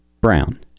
Brown